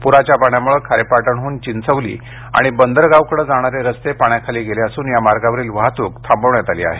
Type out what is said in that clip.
पुराच्या पाण्यामुळे खारेपाटणहून चिंचवली आणि बंदरगावकडे जाणारे रस्ते पाण्याखाली गेले असून या मार्गावरील वाहतूक थांबविण्यात आली आहे